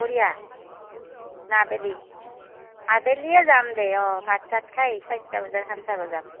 দুপৰিয়া না আবেলি আবেলিয়ে যাম দে অঁ ভাত চাত খাই চাৰিটা বজাৰ খান চাব যাম